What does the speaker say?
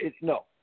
No